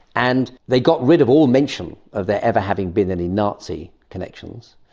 and they got rid of all mention of there ever having been any nazi connections.